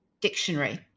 dictionary